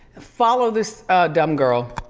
follow this dumb girl.